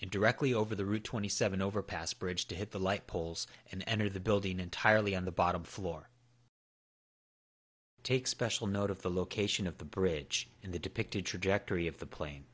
and directly over the route twenty seven overpass bridge to hit the light poles and enter the building entirely on the bottom floor take special note of the location of the bridge in the depicted trajectory of the plane